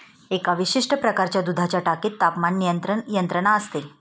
एका विशिष्ट प्रकारच्या दुधाच्या टाकीत तापमान नियंत्रण यंत्रणा असते